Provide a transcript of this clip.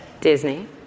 Disney